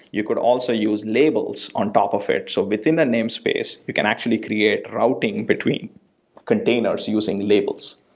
you could also use labels on top of it. so within that name space, you can actually create routing between containers using labels.